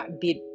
bit